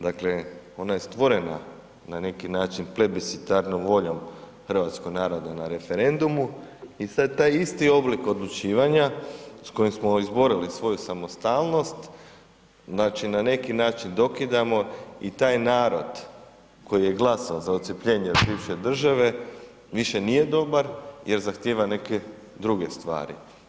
Dakle, ona je stvorena, na neki način plebiscitarnom voljom hrvatskog naroda na referendumu i sad taj isti oblik odlučivanja, s kojim smo izborili svoju samostalnost, znači na neki način dokidamo i taj narod koji je glasao za odcjepljenje od bivše države, više nije dobar jer zahtjeva neke druge stvari.